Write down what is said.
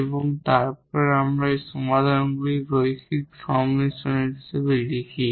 এবং তারপর যখন আমরা সমাধানগুলির লিনিয়ার সংমিশ্রণ হিসাবে লিখি